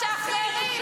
שחררי.